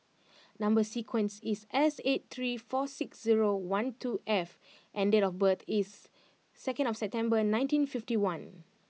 number sequence is S eight three four six zero one two F and date of birth is second September nineteen fifty one